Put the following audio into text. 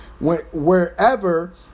wherever